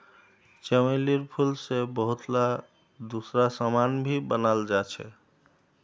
चमेलीर फूल से बहुतला दूसरा समान भी बनाल जा छे